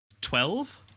Twelve